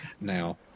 now